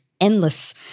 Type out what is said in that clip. endless